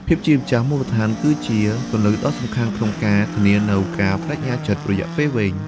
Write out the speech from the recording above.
ភាពជាម្ចាស់មូលដ្ឋាន គឺជាគន្លឹះដ៏សំខាន់ក្នុងការធានានូវការប្ដេជ្ញាចិត្តរយៈពេលវែង។